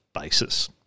basis